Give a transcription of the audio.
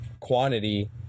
quantity